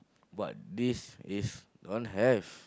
but this is don't have